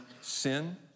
sin